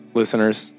listeners